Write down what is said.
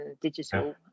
digital